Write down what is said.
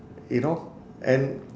you know and